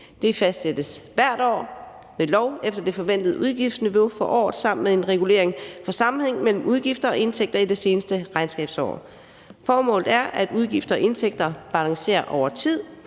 Det fastsættes hvert år ved lov efter det forventede udgiftsniveau for året samt med en regulering for sammenhæng mellem udgifter og indtægter i det seneste regnskabsår. Formålet er, at udgifter og indtægter balancerer over tid,